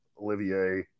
Olivier